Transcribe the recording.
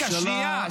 שנייה.